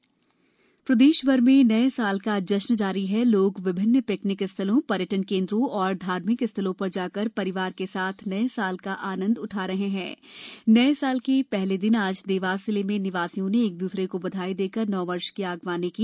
नया साल प्रदेश भर में नए साल का जश्न जारी है लोग विभिन्न पिकनिक स्थलोंपर्यटन केन्द्रों और धार्मिक स्थलों पर जाकर परिवार के साथ नए साल का आनंद उठा रहे हैं नए साल के पहले दिन आज देवास जिले में निवासियों ने एक दूसरे को बधाई देकर नववर्ष की अगवानी की